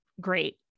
great